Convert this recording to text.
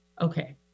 Okay